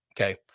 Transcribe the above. Okay